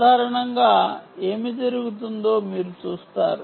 సాధారణంగా ఏమి జరుగుతుందో మీరు చేస్తారు